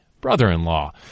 brother-in-law